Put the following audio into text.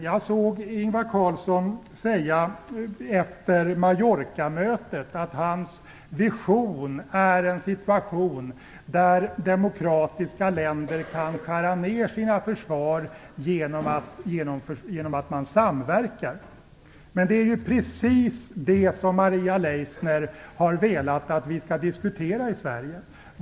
Jag såg Ingvar Carlsson efter Mallorcamötet säga att hans vision är en situation där demokratiska länder kan skära ner sitt försvar genom samverkan. Men det är ju precis det som Maria Leissner velat att vi i Sverige skall diskutera.